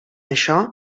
això